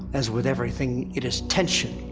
as with everything, it is tension,